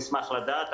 נשמח לדעת,